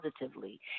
positively